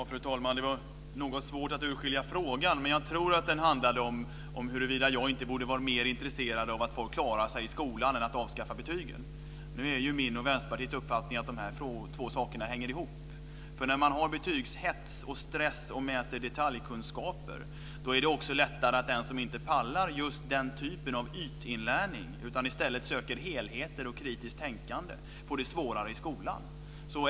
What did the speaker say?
Fru talman! Det var något svårt att urskilja frågan, men jag tror att den handlade om att jag borde vara mer intresserad av att elever klarar sig i skolan än av att avskaffa betygen. Nu är min och Vänsterpartiets uppfattning den att dessa två saker hänger ihop. När man har betygshets och stress över detaljkunskaper är det lätt att den som inte klarar den typen av ytinlärning utan i stället söker helheter och kritiskt tänkande får det svårare i skolan.